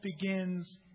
begins